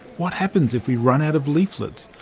what happens if we run out of leaflets?